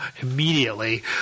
immediately